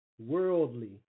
Worldly